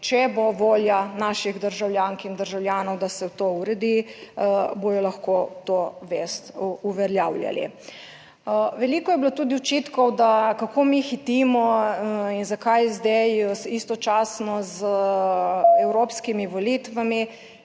če bo volja naših državljank in državljanov, da se to uredi bodo lahko to vest uveljavljali. Veliko je bilo tudi očitkov, da kako mi hitimo in zakaj zdaj istočasno z evropskimi volitvami.